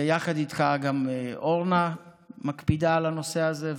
ויחד איתך גם אורנה מקפידה על הנושא הזה,